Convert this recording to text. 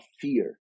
fear